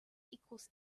equals